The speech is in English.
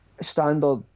Standard